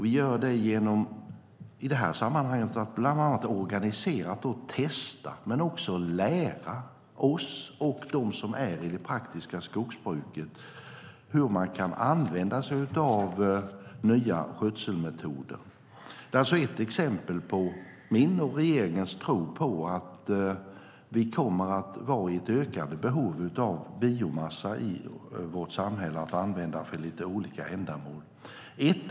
Vi gör det genom att i detta sammanhang bland annat organiserat testa och såväl lära oss som dem som är i det praktiska skogsbruket hur man kan använda sig av nya skötselmetoder. Detta är alltså ett exempel på min och regeringens tro på att vi kommer att ha ett ökat behov av biomassa i vårt samhälle för att använda till lite olika ändamål.